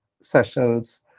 sessions